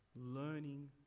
Learning